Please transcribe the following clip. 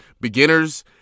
beginners